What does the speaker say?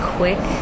quick